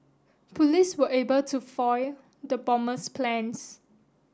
police were able to foil the bomber's plans